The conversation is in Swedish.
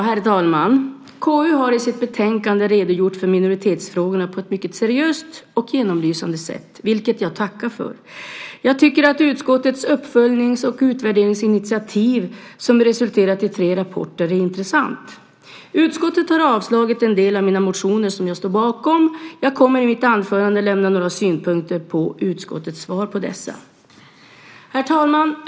Herr talman! KU har i sitt betänkande redogjort för minoritetsfrågorna på ett mycket seriöst och genomlysande sätt, vilket jag tackar för. Jag tycker att utskottets uppföljnings och utvärderingsinitiativ, som resulterat i tre rapporter, är intressant. Utskottet har avstyrkt en del motioner som jag står bakom. Jag ska i mitt anförande lämna några synpunkter på utskottets svar på dessa. Herr talman!